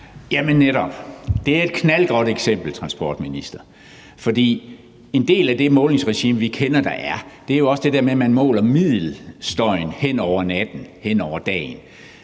netop et knaldgodt eksempel, transportminister. For en del af det målingsregime, vi kender, er jo også det der med, at man måler middelstøjen hen over natten, hen